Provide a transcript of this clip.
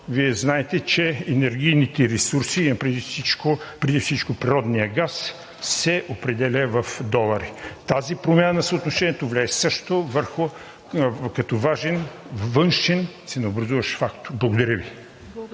Вие знаете, че енергийните ресурси, имам предвид преди всичко природния газ, се определят в долари. Тази промяна на съотношението влияе също като важен външен ценообразуващ фактор. Благодаря Ви.